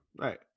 Right